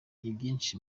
inyinshi